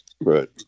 Right